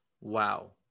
wow